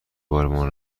بارمان